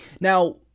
Now